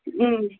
ಹ್ಞೂ